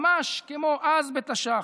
ממש כמו אז בתש"ח,